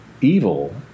evil